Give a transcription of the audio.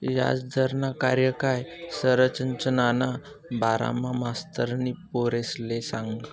याजदरना कार्यकाय संरचनाना बारामा मास्तरनी पोरेसले सांगं